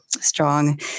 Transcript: strong